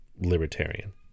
libertarian